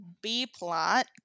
B-plot